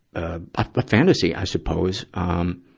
a, a but fantasy, i suppose, um,